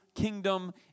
kingdom